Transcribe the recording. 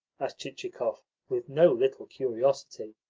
asked chichikov with no little curiosity,